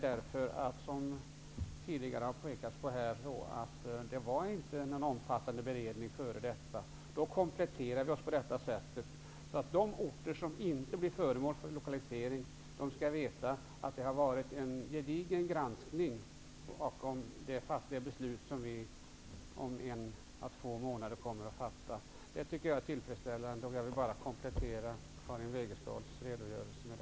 Vi gör det, som tidigare har pekats på här, därför att det tidigare inte har skett någon omfattande beredning rörande På det sättet kompletterar vi beslutsunderlaget, så att de orter som inte blir föremål för lokalisering skall veta att det ligger en gedigen granskning bakom det beslut som vi kommer att fatta om en eller två månader. Det tycker jag är tillfredsställande, och jag ville med detta som sagt bara komplettera Karin Wegeståls redogörelse.